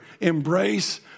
embrace